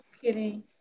kidding